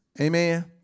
Amen